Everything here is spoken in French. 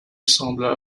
semblaient